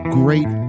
great